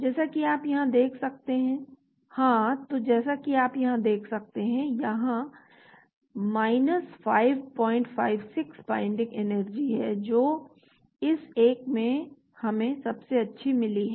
जैसा कि आप यहां देख सकते हैं हाँ तो जैसा कि आप देख सकते हैं यहां 556 बाइन्डिंग एनर्जी है जो इस एक में हमें सबसे अच्छी मिली है